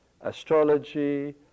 astrology